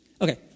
Okay